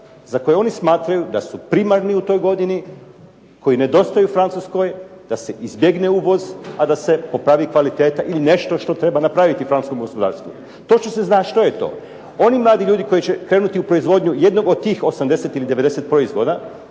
za koje oni smatraju da su primarni u toj godini, koji nedostaju Francuskoj da se izbjegne uvoz, a da se popravi kvaliteta ili nešto što treba napraviti francuskom gospodarstvu. Točno se zna što je to. Oni mladi ljudi koji će krenuti u proizvodnju jednog od tih 80 ili 90 proizvoda